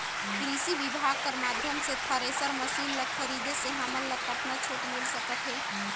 कृषि विभाग कर माध्यम से थरेसर मशीन ला खरीदे से हमन ला कतका छूट मिल सकत हे?